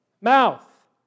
mouth